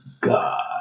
God